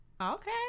Okay